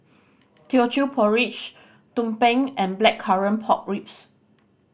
Teochew Porridge tumpeng and Blackcurrant Pork Ribs